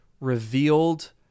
revealed